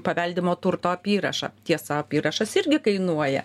paveldimo turto apyrašą tiesa apyrašas irgi kainuoja